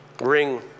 ring